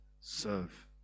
serve